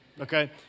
okay